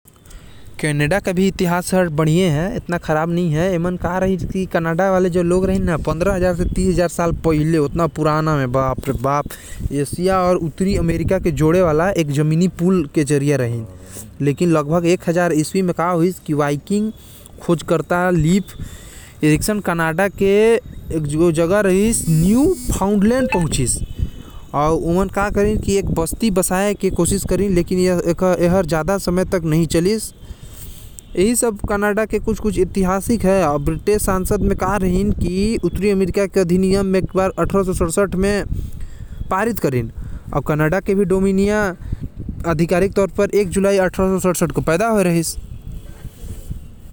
कनाडा हर आज से पंद्रह से तीस हजार साल पुराना उत्तरी अमेरिका अउ एशिया के बीच म पूल के काम करथे। एक हजार ईसवी म एक टो वाइकिंग खोजकर्ता ह कनाडा म बस्ती बसाये बर सोचिस लेकिन ओ हर नाकाम रहिस।